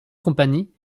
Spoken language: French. compagnies